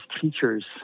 teachers